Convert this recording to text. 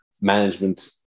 management